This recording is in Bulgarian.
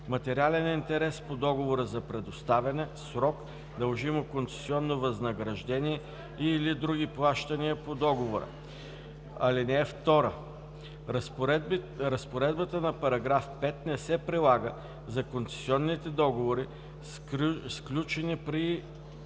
материален интерес по договора за предоставяне; срок; дължимо концесионно възнаграждение и/или др. плащания по договора. (2) Разпоредбата на § 5 не се прилага за концесионните договори, сключени при